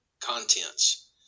contents